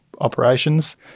operations